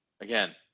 Again